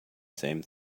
same